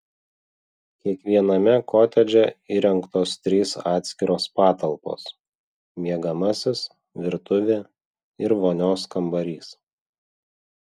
kiekviename kotedže įrengtos trys atskiros patalpos miegamasis virtuvė ir vonios kambarys